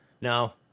no